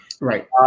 Right